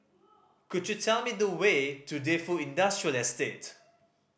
could you tell me the way to Defu Industrial Estate